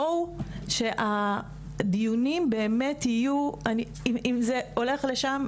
אם הדיונים הולכים לשם,